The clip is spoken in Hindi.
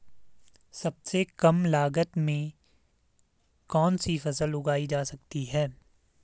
सबसे कम लागत में कौन सी फसल उगाई जा सकती है